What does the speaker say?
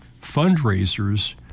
fundraisers